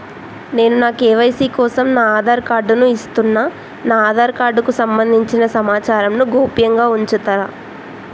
నేను నా కే.వై.సీ కోసం నా ఆధార్ కార్డు ను ఇస్తున్నా నా ఆధార్ కార్డుకు సంబంధించిన సమాచారంను గోప్యంగా ఉంచుతరా?